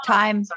time